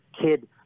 kid